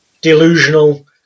delusional